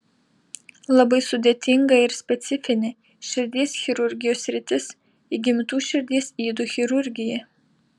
labai sudėtinga ir specifinė širdies chirurgijos sritis įgimtų širdies ydų chirurgija